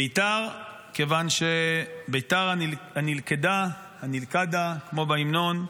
בית"ר, כיוון שבית"ר הנלכָּדה, כמו בהמנון,